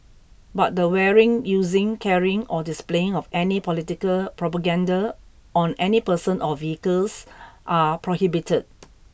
but the wearing using carrying or displaying of any political propaganda on any person or vehicles are prohibited